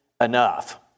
enough